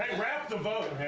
rap the vote.